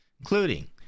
Including